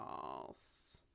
False